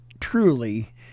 truly